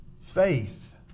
faith